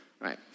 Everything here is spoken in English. right